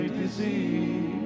disease